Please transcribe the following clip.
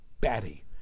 batty